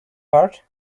heart